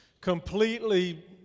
completely